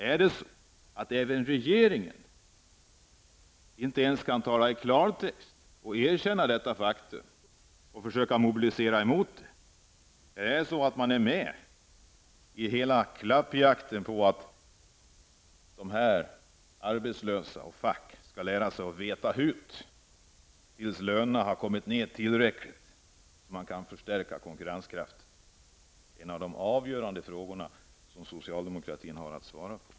Är det så, att inte ens regeringen kan tala klarspråk och erkänna detta faktum och försöka mobilisera sig mot detta? Är man alltså med i klappjakten på de arbetslösa och facket, som skall lära sig att veta hut tills lönerna har kommit ned tillräckligt, så att det går att förstärka konkurrenskraften? Det är en avgörande fråga som socialdemokraterna har att svara på.